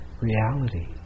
reality